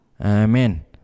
Amen